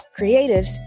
creatives